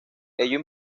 ello